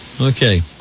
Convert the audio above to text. Okay